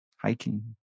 hiking